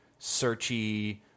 searchy